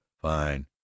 fine